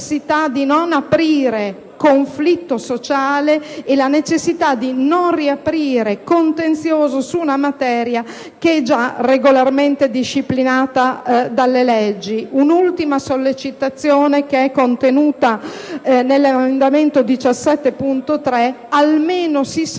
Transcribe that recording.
la necessità di non aprire un conflitto sociale, e la necessità di non riaprire un contenzioso su una materia già regolarmente disciplinata dalle leggi. Un'ultima sollecitazione è contenuta nell'emendamento 17.3: almeno si sottraggano